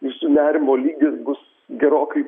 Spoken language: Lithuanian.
visų nerimo lygis bus gerokai